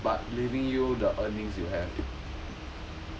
but leaving you the earnings you have